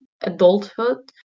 adulthood